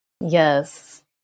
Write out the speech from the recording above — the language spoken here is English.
Yes